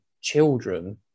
children